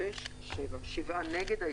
שבעה נגד.